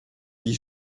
huit